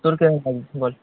তোর কী খবর বল